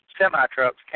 semi-trucks